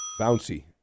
bouncy